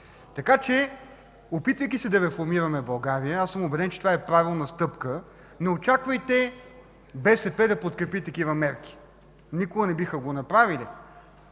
момента. Опитвайки се да реформираме България – убеден съм, че това е правилната стъпка, не очаквайте БСП да подкрепи такива мерки, никога не биха го направили.